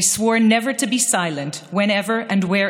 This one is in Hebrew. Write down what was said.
swore never to be silent whenever and wherever